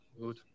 good